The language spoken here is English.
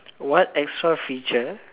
what extra feature